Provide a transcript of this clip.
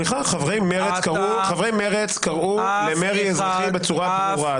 חברי מרצ קראו למרי אזרחי בצורה ברורה.